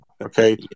Okay